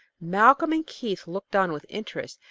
malcolm and keith looked on with interest,